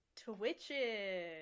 Twitches